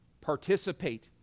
Participate